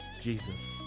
Jesus